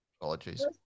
apologies